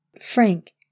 Frank